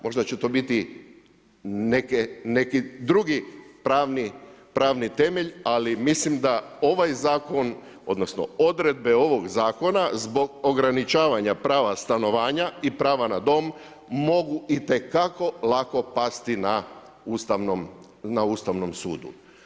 Možda će to biti neki drugi pravni temelje, ali mislim da ovaj zakon, odnosno odredbe ovog zakona, zbog ograničavanja prava stanovanja i prava na dom mogu itekako lako pasti na Ustavnom sudu.